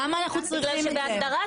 למה אנחנו צריכים את זה?